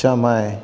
समय